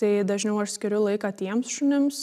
tai dažniau aš skiriu laiką tiems šunims